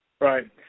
Right